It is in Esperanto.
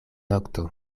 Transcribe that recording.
nokto